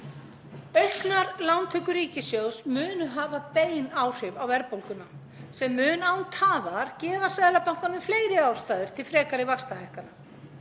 Auknar lántökur ríkissjóðs munu hafa bein áhrif á verðbólguna sem mun án tafar gefa Seðlabankanum fleiri ástæður til frekari vaxtahækkana.